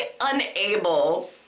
unable